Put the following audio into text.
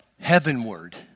heavenward